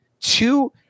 Two